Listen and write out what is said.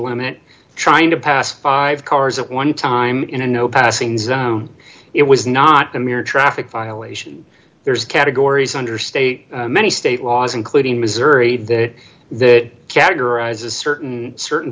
limit trying to pass five cars at one time in a no passing zone it was not a mere traffic violation there's categories under state many state laws including missouri that that categorizes certain certain